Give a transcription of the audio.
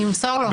אני אמסור לו.